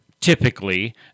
typically